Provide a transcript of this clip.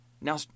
Now